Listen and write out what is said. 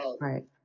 right